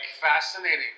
fascinating